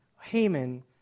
Haman